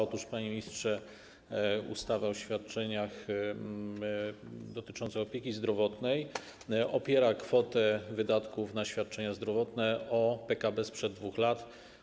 Otóż, panie ministrze, ustawa o świadczeniach dotycząca opieki zdrowotnej opiera kwotę wydatków na świadczenia zdrowotne na PKB sprzed 2 lat.